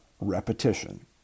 repetition